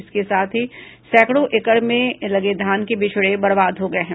इसके साथ ही सैकड़ो एकड़ मे लगे धान के बिचड़े बर्बाद हो गये हैं